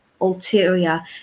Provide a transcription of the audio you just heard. ulterior